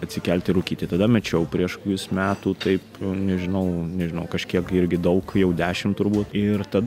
atsikelti rūkyti tada mečiau prieš kokius metų taip nežinau nežinau kažkiek irgi daug jau dešimt turbūt ir tada